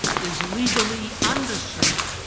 is legally undeserved